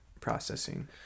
processing